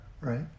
right